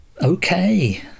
Okay